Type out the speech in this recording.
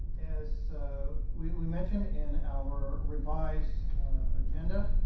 as so we we mentioned in our revised agenda,